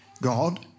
God